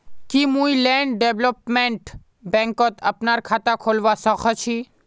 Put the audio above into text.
की मुई land development बैंकत अपनार खाता खोलवा स ख छी?